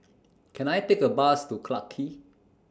Can I Take A Bus to Clarke Quay